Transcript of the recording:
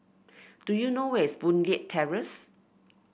do you know where is Boon Leat Terrace